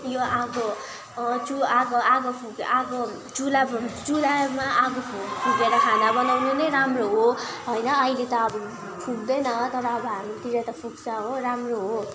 यो आगो चु आगो फुक् आगो चुल्हा चुल्हामा आगो फुकेर खाना बनाउनु नै राम्रो हो होइन अहिले त अब फुक्दैन तर अब हाम्रोतिर त फुक्छ हो राम्रो हो